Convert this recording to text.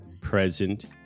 present